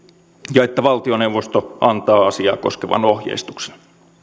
että valtioneuvosto antaa asiaa koskevan ohjeistuksen